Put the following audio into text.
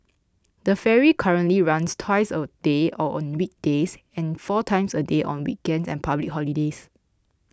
the ferry currently runs twice a day or on weekdays and four times a day on weekends and public holidays